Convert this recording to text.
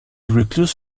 recluse